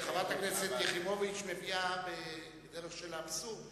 חברת הכנסת יחימוביץ מביאה בדרך האבסורד